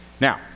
Now